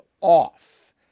off